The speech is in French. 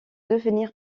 devenir